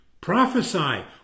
prophesy